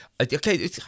okay